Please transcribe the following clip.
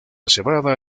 cebada